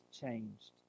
changed